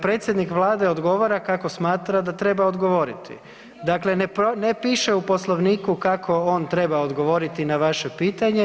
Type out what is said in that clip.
Predsjednik Vlade odgovara kako smatra da treba odgovoriti. … [[Upadica se ne razumije.]] Dakle ne piše u Poslovniku kako on treba odgovoriti na vaše pitanje.